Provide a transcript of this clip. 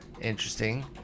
interesting